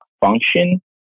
function